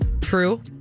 True